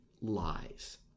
lies